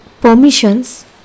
permissions